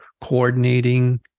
coordinating